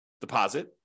deposit